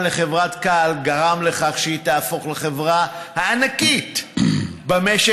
לחברת Cal גרם לכך שהיא תהפוך לחברה הענקית במשק,